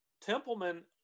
Templeman